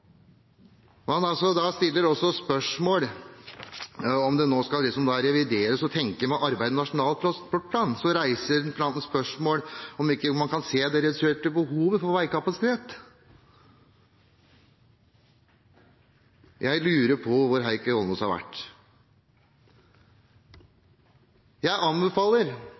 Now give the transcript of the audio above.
Man stiller også spørsmål om det nå skal revideres, arbeidet med Nasjonal transportplan. Så reiser interpellanten spørsmål om man ikke kan se det reduserte behovet for veikapasitet. Jeg lurer på hvor representanten Heikki Eidsvoll Holmås har vært. Jeg anbefaler